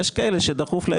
יש כאלה שדחוף להם עכשיו.